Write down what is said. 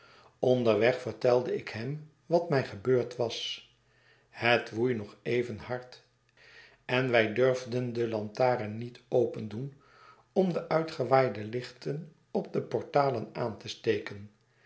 onderweg vertelde ik hem wat mij gebeurd was het woei nog even hard en wij durfden de lantaren niet opendoen om de uitgewaaide lichten op de portalen aan te steken